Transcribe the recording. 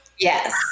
Yes